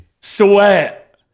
sweat